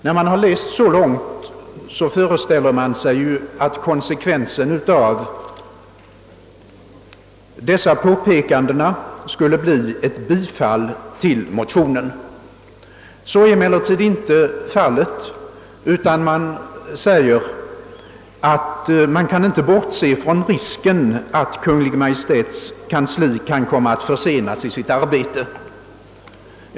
När man läst så långt föreställer man sig att konsekvensen av dessa konstateranden skulle bli ett bifall till motionerna. Så är emellertid inte fallet, utan utskottet anför att man inte kan bortse från risken att Kungl. Maj:ts kansli kan komma att försenas i sitt arbete.